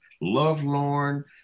lovelorn